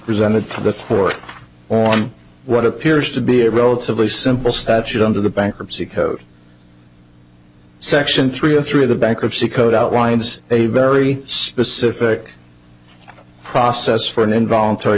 presented to the court on what appears to be a relatively simple statute under the bankruptcy code section three a through the bankruptcy code outlines a very specific process for an involuntary